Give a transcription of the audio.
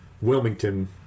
Wilmington